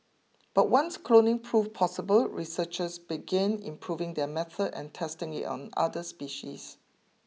but once cloning proved possible researchers began improving their method and testing it on other species